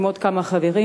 עם עוד כמה חברים.